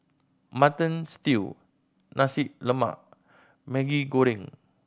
Mutton Stew Nasi Lemak Maggi Goreng